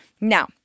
Now